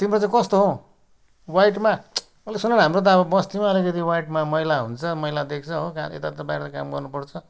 तिम्रो चाहिँ कस्तो हो व्हाइटमा अनि सुन न हाम्रो त अब बस्तीमा अलिकति व्हाइटमा मैला हुन्छ मैला देख्छ हो यता त बाहिर काम गर्नु पर्छ